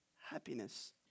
happiness